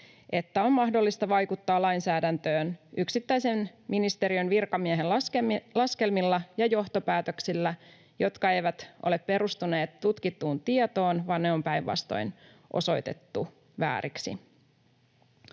että on mahdollista vaikuttaa lainsäädäntöön yksittäisen ministeriön virkamiehen laskelmilla ja johtopäätöksillä, jotka eivät ole perustuneet tutkittuun tietoon vaan jotka on päinvastoin osoitettu vääriksi.